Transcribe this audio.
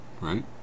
right